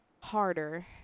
harder